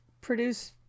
produce